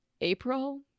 April